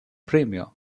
premier